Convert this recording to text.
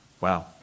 Wow